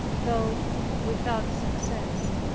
though without success,